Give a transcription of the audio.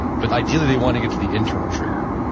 but ideally they want to get to the internal trigger.